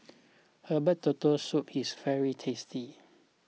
Herbal Turtle Soup is very tasty